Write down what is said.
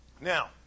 Now